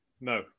No